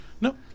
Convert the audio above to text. No